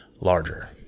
larger